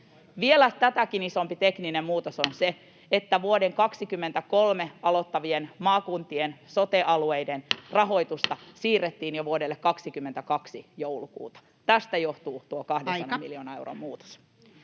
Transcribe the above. Vielä tätäkin isompi tekninen muutos on se, että vuonna 23 aloittavien maakuntien sote-alueiden rahoitusta siirrettiin jo vuoden 22 joulukuulle. [Puhemies: Aika!] Tästä johtuu tuo 200 miljoonan euron muutos.